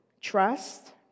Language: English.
trust